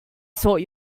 sort